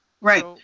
Right